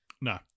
No